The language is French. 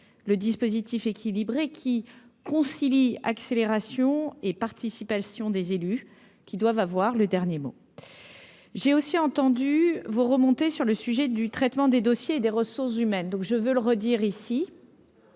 le dispositif équilibré qui concilie accélération et participation des élus qui doivent avoir le dernier mot, j'ai aussi entendu vous remonter sur le sujet du traitement des dossiers et des ressources humaines, donc je veux le redire ici,